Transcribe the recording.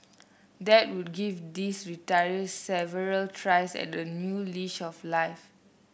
that would give these retirees several tries at a new leash of life